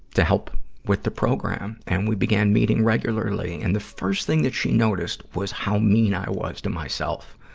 to help with the program. and we began meeting regularly. and the first thing that she noticed was how mean i was to myself.